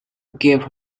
give